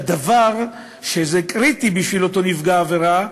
וזה קריטי בשביל אותו נפגע עבירה,